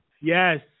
Yes